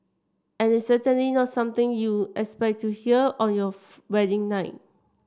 and it's certainly not something you expect to hear on your wedding night